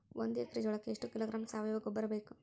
ಒಂದು ಎಕ್ಕರೆ ಜೋಳಕ್ಕೆ ಎಷ್ಟು ಕಿಲೋಗ್ರಾಂ ಸಾವಯುವ ಗೊಬ್ಬರ ಬೇಕು?